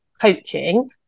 coaching